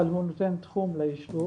אבל הוא נותן תחום ליישוב